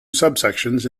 subsections